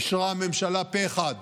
אישרה הממשלה פה אחד